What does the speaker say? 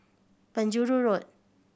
Penjuru Road